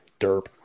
derp